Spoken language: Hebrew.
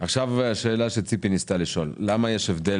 עכשיו לשאלה שציפי ניסתה לשאול: למה יש הבדל